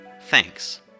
Thanks